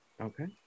Okay